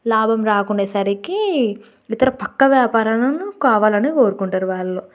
లాభం రాకుండ అయ్యేసరికి ఇతర పక్క వ్యాపారాలను కావాలని కోరుకుంటారు వాళ్ళు